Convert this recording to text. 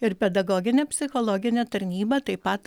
ir pedagoginė psichologinė tarnyba taip pat